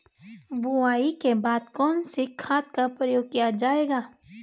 बुआई के बाद कौन से खाद का प्रयोग किया जायेगा?